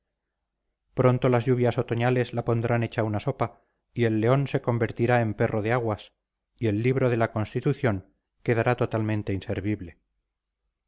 pronto las lluvias otoñales la pondrán hecha una sopa y el león se convertirá en perro de aguas y el libro de la constitución quedará totalmente inservible